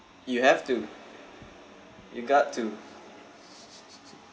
you have to you got to